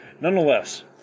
Nonetheless